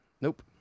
Nope